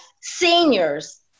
seniors